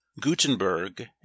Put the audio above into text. Gutenberg